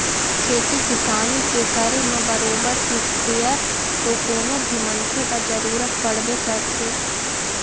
खेती किसानी के करे म बरोबर इस्पेयर तो कोनो भी मनखे ल जरुरत पड़बे करथे